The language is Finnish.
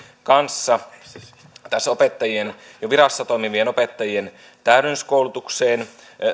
kanssa tähän jo virassa toimivien opettajien täydennyskoulutukseen